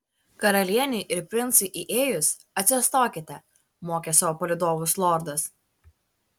karalienei ir princui įėjus atsistokite mokė savo palydovus lordas